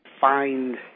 find